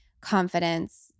confidence